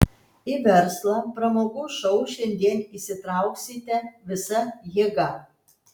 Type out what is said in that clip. į verslą pramogų šou šiandien įsitrauksite visa jėga